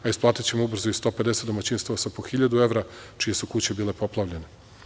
Isplatićemo ubrzo i 150 domaćinstava sa po 1.000 evra čije su kuće bile poplavljene.